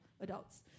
adults